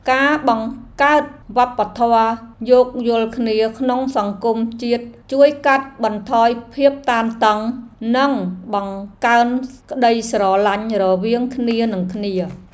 ការបង្កើតវប្បធម៌យោគយល់គ្នាក្នុងសង្គមជាតិជួយកាត់បន្ថយភាពតានតឹង និងបង្កើនក្តីស្រឡាញ់រវាងគ្នានឹងគ្នា។